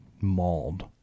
mauled